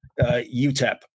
UTEP